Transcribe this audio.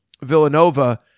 Villanova